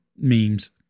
Memes